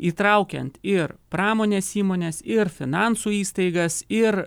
įtraukiant ir pramonės įmones ir finansų įstaigas ir